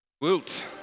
Woot